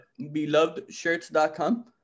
BelovedShirts.com